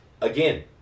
Again